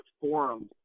forums